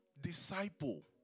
disciple